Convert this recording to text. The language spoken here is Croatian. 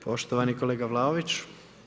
Poštovani kolega Vlaović.